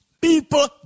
people